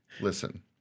Listen